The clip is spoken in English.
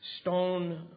stone